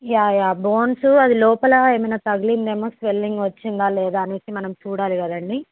yeah yeah bones అది లోపల ఏమైన తగిలింది ఏమో స్వెల్లింగ్ వచ్చిందా లేదా అని మనం చూడాలి కదండి